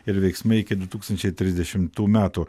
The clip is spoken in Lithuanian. ir veiksmai iki du tūkstančiai trisdešimtų metų